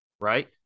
Right